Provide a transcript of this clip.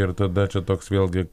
ir tada čia toks vėlgi